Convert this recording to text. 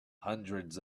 hundreds